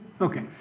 Okay